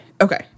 Okay